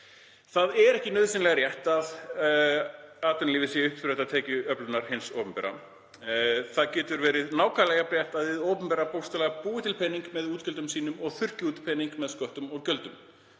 Það er ekki nauðsynlega rétt að atvinnulífið sé uppspretta tekjuöflunar hins opinbera. Það getur verið nákvæmlega jafn rétt að hið opinbera bókstaflega búi til pening með útgjöldum sínum og þurrki út pening með sköttum og gjöldum.